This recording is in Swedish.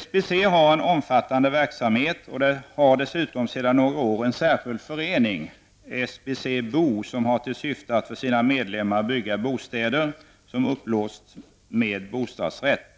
SBC har en omfattande verksamhet och har dessutom sedan några år en särskilt förening -- SBC Bo -- som har till syfte att för sina medlemmar bygga bostäder, som upplåts med bostadsrätt.